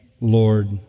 Lord